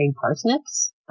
parsnips